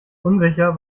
unsicher